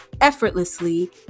effortlessly